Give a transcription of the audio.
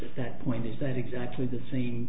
at that point is that exactly the s